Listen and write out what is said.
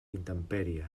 intempèrie